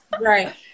Right